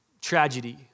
tragedy